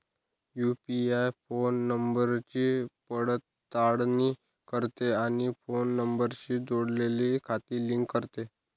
UPI phone नंबरची पडताळणी करते आणि फोन नंबरशी जोडलेली खाती लिंक करते